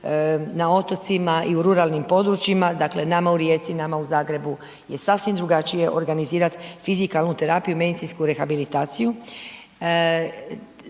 na otocima i u ruralnim područjima, dakle nama u Rijeci i nama u Zagrebu je sasvim drugačije organizirati fizikalnu terapiju i medicinsku rehabilitaciju